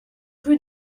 rue